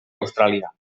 austràlia